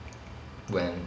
when